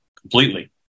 completely